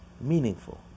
meaningful